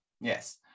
Yes